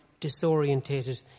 disorientated